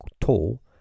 tall